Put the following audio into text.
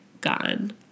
gone